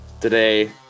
Today